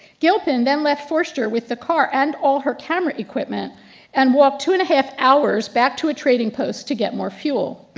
gilpin then left forster with the car and all her camera equipment and walked two and a half hours back to a trading post to get more fuel.